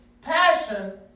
passion